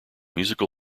musical